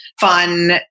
fun